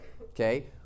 Okay